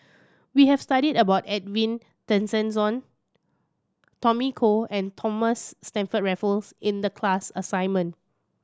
we have studied about Edwin Tessensohn Tommy Koh and Thomas Stamford Raffles in the class assignment